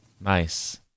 Nice